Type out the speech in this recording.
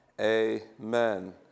amen